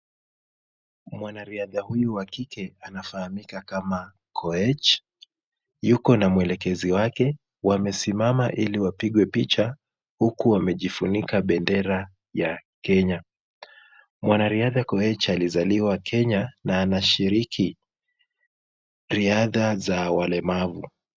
Mwanariadha huyu wa kike anafahamika kama Koech, yuko na mwelekezi wake wamesimama ili wapigwe picha huku wamejifunika bendera ya Kenya. Mwanariadha Koech alizaliwa Kenya na anashiriki riadha za walemavu.